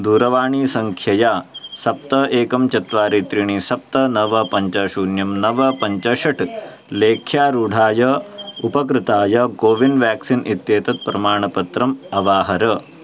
दूरवाणीसङ्ख्यया सप्त एकं चत्वारि त्रीणि सप्त नव पञ्च शून्यं नव पञ्च षट् लेख्यारूढाय उपकृताय कोविन् व्याक्सीन् इत्येतत् प्रमाणपत्रम् अवाहर